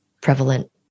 prevalent